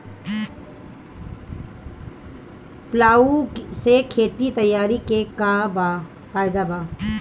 Plough से खेत तैयारी के का फायदा बा?